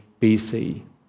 BC